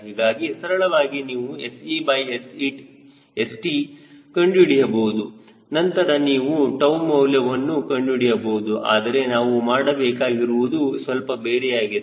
ಹೀಗಾಗಿ ಸರಳವಾಗಿ ನೀವು SeSt ಕಂಡುಹಿಡಿಯಬಹುದು ನಂತರ ನೀವು 𝜏 ಮೌಲ್ಯವನ್ನು ಕಂಡುಹಿಡಿಯಬಹುದು ಆದರೆ ನಾವು ಮಾಡಬೇಕಾಗಿರುವುದು ಸ್ವಲ್ಪ ಬೇರೆಯಾಗಿದೆ